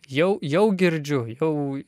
jau jau girdžiu jau